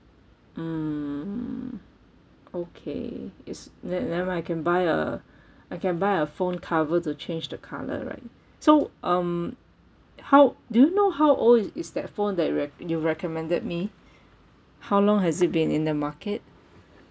mm okay it's ne~ never mind I can buy a I can buy a phone cover to change the colour right so um how do you know how old is is that phone that re~ you recommended me how long has it been in the market